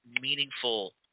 meaningful